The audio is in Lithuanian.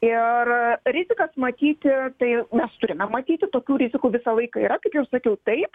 ir rizikas matyti tai mes turime matyti tokių rizikų visą laiką yra jau sakiau taip